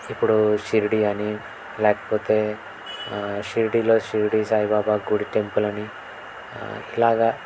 ఇప్పుడు షిరిడి అని లేకపోతే షిరిడిలో షిరిడి సాయిబాబా గుడి టెంపుల్ అని ఇలాగ